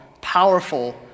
powerful